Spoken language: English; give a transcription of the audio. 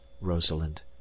Rosalind